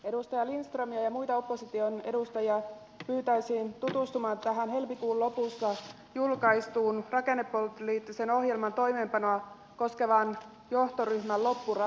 edustaja lindströmiä ja muita opposition edustajia pyytäisin tutustumaan tähän helmikuun lopussa julkaistuun rakennepoliittisen ohjelman toimeenpanoa koskevaan johtoryhmän loppuraporttiin